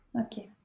okay